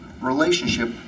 relationship